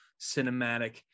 Cinematic